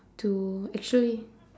to actually